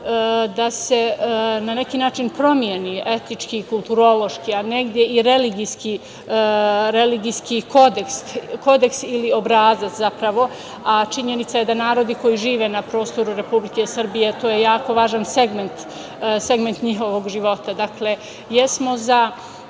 da se na neki način promeni etički i kulturološki, a negde i religijski kodeks ili obrazac, zapravo. Činjenica je da narodi koji žive prostoru Republike Srbije, to je jako važan segment njihovog života. Dakle, jesmo za